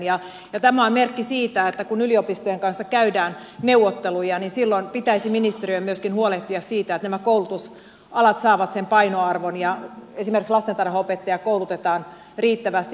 tämä on merkki siitä että kun yliopistojen kanssa käydään neuvotteluja niin silloin pitäisi ministeriön myöskin huolehtia siitä että nämä koulutusalat saavat sen painoarvon ja esimerkiksi lastentarhanopettajia koulutetaan riittävästi